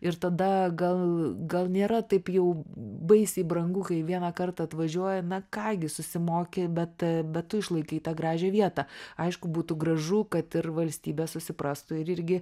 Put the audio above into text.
ir tada gal gal nėra taip jau baisiai brangu kai vieną kartą atvažiuojam na ką gi susimoki bet bet tu išlaikai tą gražią vietą aišku būtų gražu kad ir valstybė susiprastų ir irgi